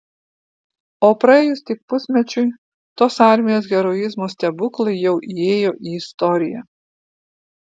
o praėjus tik pusmečiui tos armijos heroizmo stebuklai jau įėjo į istoriją